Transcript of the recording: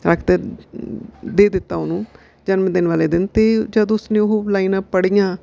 ਰੱਖ ਤ ਦੇ ਦਿੱਤਾ ਉਹਨੂੰ ਜਨਮ ਦਿਨ ਵਾਲੇ ਦਿਨ ਅਤੇ ਜਦ ਉਸਨੇ ਉਹ ਲਾਈਨਾਂ ਪੜ੍ਹੀਆਂ